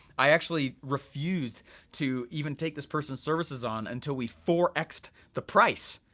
i actually refused to even take this persons services on until we four xed the price.